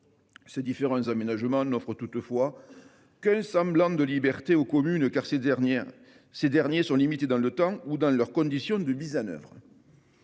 Ces différents aménagements n'offrent toutefois qu'un semblant de liberté aux communes, car ils sont limités dans le temps ou dans leurs conditions de mise en oeuvre.